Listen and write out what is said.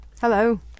Hello